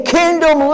kingdom